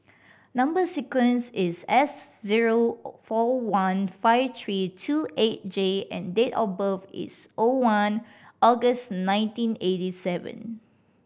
number sequence is S zero four one five three two eight J and date of birth is O one August nineteen eighty seven